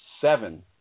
seven